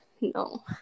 no